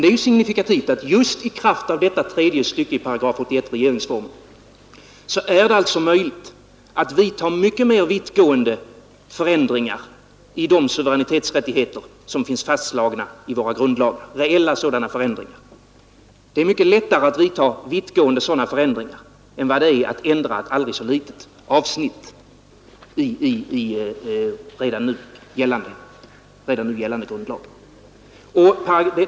Det är signifikativt att det just i kraft av detta tredje stycke i 17 regeringsformens 81 § alltså är möjligt att vidta mycket vittgående reella förändringar i de suveränitetsrättigheter som finns fastslagna i våra grundlagar. Det är mycket lättare att vidta vittgående sådana förändringar än att ändra ett aldrig så litet avsnitt i redan nu gällande grundlag.